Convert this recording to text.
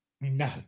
No